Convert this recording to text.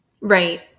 Right